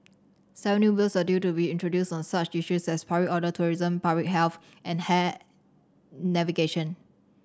seven new Bills are due to be introduced on such issues as public order tourism public health and navigation